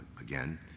again